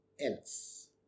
else